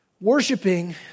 Worshipping